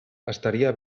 estaria